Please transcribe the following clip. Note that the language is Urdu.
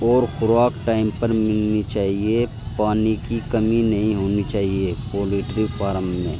اور خوراک ٹائم پر ملنی چاہیے پانی کی کمی نہیں ہونی چاہیے پولٹری فارم میں